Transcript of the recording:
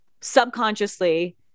subconsciously